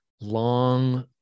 long